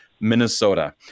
Minnesota